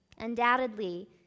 Undoubtedly